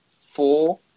four